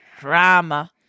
drama